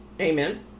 Amen